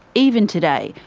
even today,